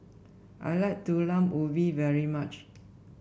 I like Talam Ubi very much